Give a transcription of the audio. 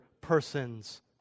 person's